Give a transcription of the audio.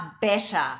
better